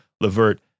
Levert